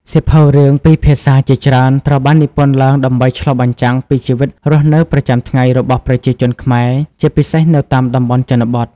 សៀវភៅរឿងពីរភាសាជាច្រើនត្រូវបាននិពន្ធឡើងដើម្បីឆ្លុះបញ្ចាំងពី ជីវិតរស់នៅប្រចាំថ្ងៃ របស់ប្រជាជនខ្មែរ ជាពិសេសនៅតាមតំបន់ជនបទ។